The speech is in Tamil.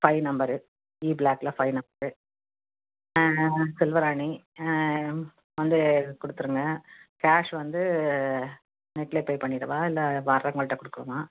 ஃபைவ் நம்பரு இ ப்ளாக்கில் ஃபைவ் நம்பரு செல்வராணி வந்து கொடுத்துருங்க கேஷ் வந்து நெட்லேயே பே பண்ணிடவா இல்லை வர்றவங்கள்ட்ட கொடுக்கணுமா